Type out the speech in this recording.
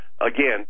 again